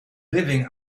living